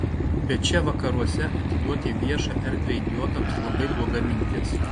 bet čia vakaruose atiduoti viešą erdvę idiotams labai bloga mintis